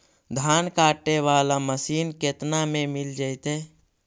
धान काटे वाला मशीन केतना में मिल जैतै?